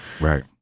right